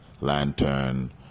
lantern